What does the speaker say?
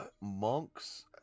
monks